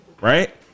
right